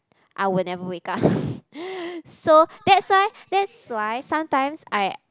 I would never wake up so that's why that's why sometimes I